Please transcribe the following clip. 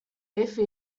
efe